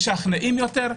משכנעות יותר,